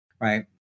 right